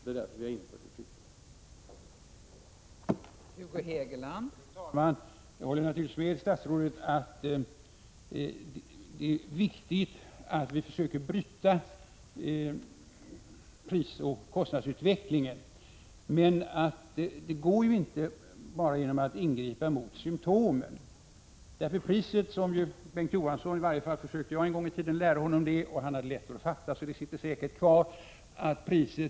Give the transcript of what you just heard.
Det är därför vi infört ett prisstopp.